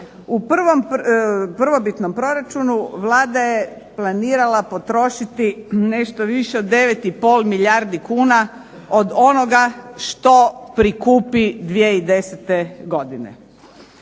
U prvobitnom proračunu Vlada je planirala potrošiti nešto više od 9 i pol milijardi kuna od onoga što prikupi 2010. godine.